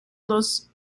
los